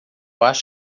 acho